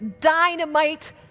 dynamite